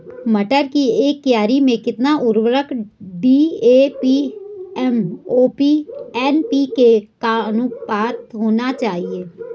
मटर की एक क्यारी में कितना उर्वरक डी.ए.पी एम.ओ.पी एन.पी.के का अनुपात होना चाहिए?